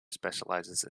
specializes